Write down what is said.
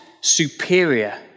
superior